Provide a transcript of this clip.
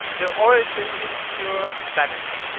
their origin is pure vanity.